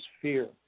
fear